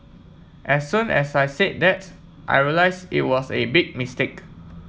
as soon as I said that's I realised it was a big mistake